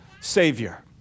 Savior